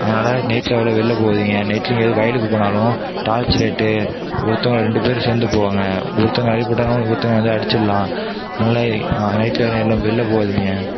அதனால நைட்டில் அவ்வளோவா வெளில போகாதிங்க நைட்லையும் எதுவும் வயலுக்கு போனாலும் டார்ச்சு லைட்டு ஒருத்தவங்க ரெண்டு பேர் சேர்ந்து போங்க ஒருத்தவர்களுக்கு அடிப்பட்டாலும் ஒருத்தவங்க அதை அடிச்சிடலாம் அதனால நைட்டில் யாரும் எல்லாம் வெளில போகாதிங்க